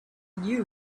knew